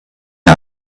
mir